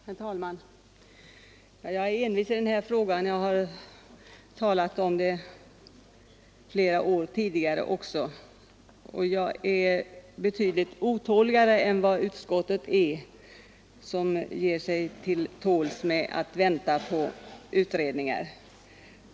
Herr talman! Jag är envis i den här frågan — jag har talat om detta under flera år tidigare. Jag är betydligt mer otålig än utskottet, som ger sig till tåls med att vänta på utredningar.